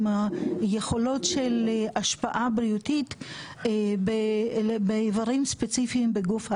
עם יכולות של השפעה בריאותית באיברים ספציפיים בגוף האדם,